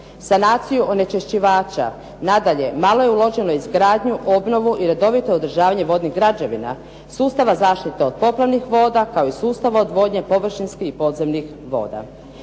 sanaciju onečišćivača. Nadalje, malo je uloženo u izgradnju, obnovu i redovito održavanje vodnih građevina, sustava zaštite od poplavnih voda, kao i sustav odvodnje površinskih i podzemnih voda.